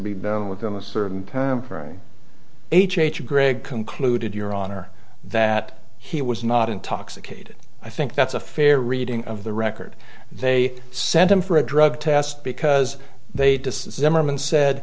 be done within a certain timeframe h h gregg concluded your honor that he was not intoxicated i think that's a fair reading of the record they sent him for a drug test because they